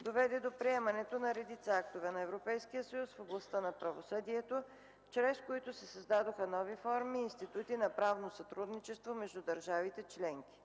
доведе до приемането на редица актове на Европейския съюз в областта на правосъдието, чрез които се създадоха нови форми и институти на правно сътрудничество между държавите членки.